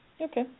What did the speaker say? Okay